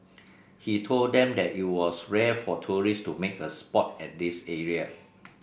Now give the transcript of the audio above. he told them that it was rare for tourists to make a sport at this area